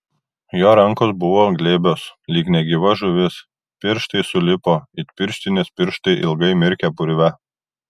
jo rankos buvo glebios lyg negyva žuvis pirštai sulipo it pirštinės pirštai ilgai mirkę purve